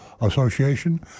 association